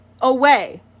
away